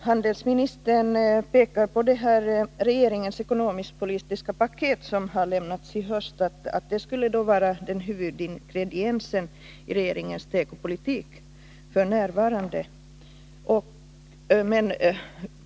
Herr talman! Handelsministern pekar på att regeringens ekonomiskpolitiska paket som lämnats i höst skulle vara huvudingrediensen i regeringens tekopolitik f. n.